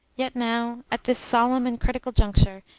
yet now, at this solemn and critical juncture,